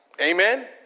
Amen